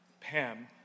Pam